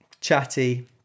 chatty